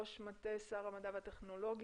ראש מטה שר המדע והטכנולוגיה,